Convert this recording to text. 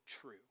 true